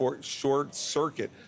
short-circuit